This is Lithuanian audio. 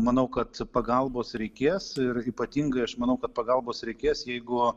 manau kad pagalbos reikės ir ypatingai aš manau kad pagalbos reikės jeigu